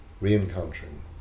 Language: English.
re-encountering